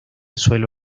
suelo